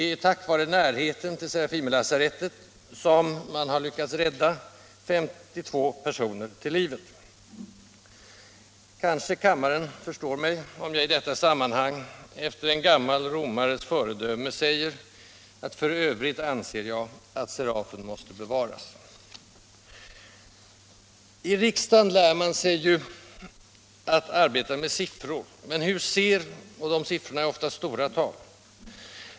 Det är tack vare närheten till Serafimerlasarettet som man har lyckats rädda 52 personer till livet. Kanske kammaren förstår mig om jag i detta sammanhang efter en 130 gammal romares föredöme säger: ”För övrigt anser jag att Serafen måste bevaras!” I riksdagen lär man sig ju att arbeta med siffror, och de siffrorna är oftast stora tal.